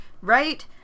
right